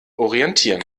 orientieren